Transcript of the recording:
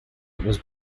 was